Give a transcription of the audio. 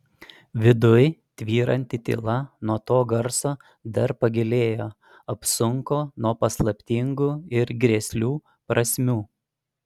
viduj tvyranti tyla nuo to garso dar pagilėjo apsunko nuo paslaptingų ir grėslių prasmių